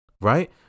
right